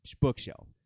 bookshelf